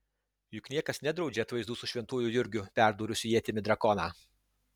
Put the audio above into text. juk niekas nedraudžia atvaizdų su šventuoju jurgiu perdūrusiu ietimi drakoną